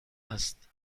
است